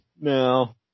No